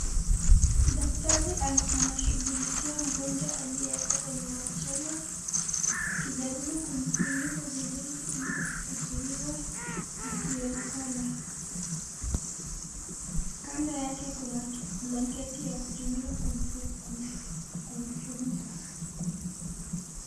Daktari anashughulikia mgonjwa aliyeko kwenye machela akijaribu kumfunika vizuri ili asifiwe asionekane kando yake kuna blanketi ya kutumika kumfunika.